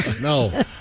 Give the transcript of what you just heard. No